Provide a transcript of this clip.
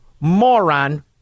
moron